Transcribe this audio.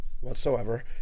Whatsoever